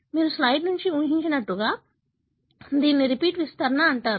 మీరు స్లయిడ్ నుండి ఊహించినట్లుగా దీనిని రిపీట్ విస్తరణ అంటారు